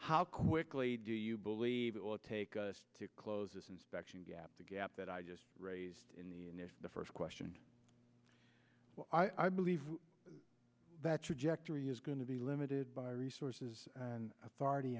how quickly do you believe it will take us to close this inspection gap the gap that i just raised in the first question i believe that trajectory is going to be limited by resources and authority